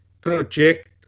project